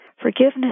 Forgiveness